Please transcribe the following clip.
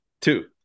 Two